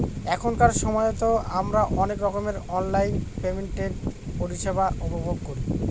এখনকার সময়তো আমারা অনেক রকমের অনলাইন পেমেন্টের পরিষেবা উপভোগ করি